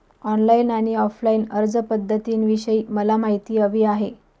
online आणि offline अर्जपध्दतींविषयी मला माहिती हवी आहे